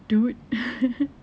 dude